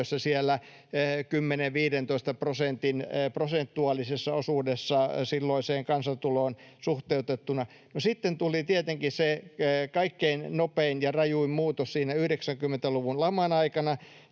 prosentin prosentuaalisessa osuudessa silloiseen kansantuloon suhteutettuna. No sitten tuli tietenkin se kaikkein nopein ja rajuin muutos siinä 90-luvun laman aikana,